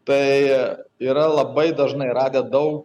tai yra labai dažnai radę daug